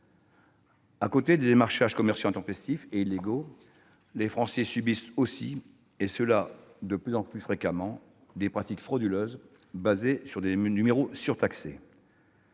À côté des démarchages commerciaux intempestifs et illégaux, les Français subissent aussi, de plus en plus fréquemment, des pratiques frauduleuses fondées sur des numéros surtaxés.